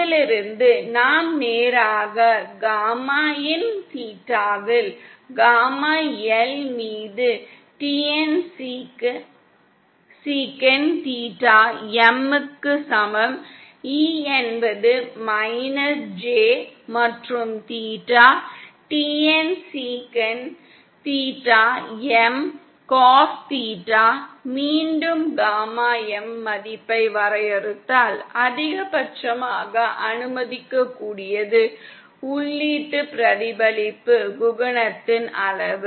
இதிலிருந்து நாம் நேராக காமாin தீட்டாவில் காமா L மீது TN சீகன் தீட்டா M க்கு சமம் E என்பது மைனஸ் J மற்றும் தீட்டா TN சீகன் தீட்டா M காஸ் தீட்டா மீண்டும் காமா M மதிப்பை வரையறுத்தால் அதிகபட்சமாக அனுமதிக்கக்கூடியது உள்ளீட்டு பிரதிபலிப்பு குணகத்தின் அளவு